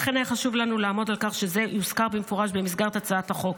לכן היה חשוב לנו לעמוד על כך שזה יוזכר במפורש במסגרת הצעת החוק.